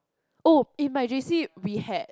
oh in my J_C we had